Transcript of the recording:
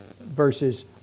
versus